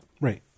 Right